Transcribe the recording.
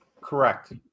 Correct